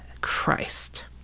Christ